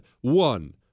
One